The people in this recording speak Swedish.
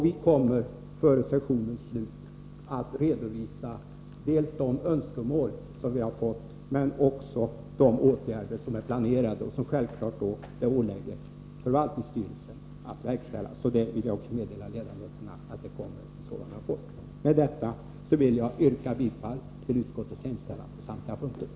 Vi kommer före sessionens slut att redovisa dels de önskemål som vi har fått, dels de åtgärder som är planerade och som det då självfallet åligger förvaltningsstyrelsen att verkställa. Jag vill alltså meddela ledamöterna att det kommer en sådan rapport. Med detta yrkar jag bifall till utskottets hemställan på samtliga punkter.